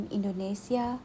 Indonesia